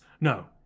No